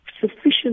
sufficient